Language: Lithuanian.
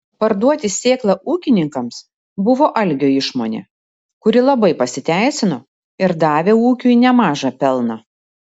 parduoti sėklą ūkininkams buvo algio išmonė kuri labai pasiteisino ir davė ūkiui nemažą pelną